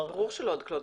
ברור שלא עד כלות.